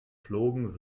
flogen